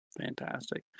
Fantastic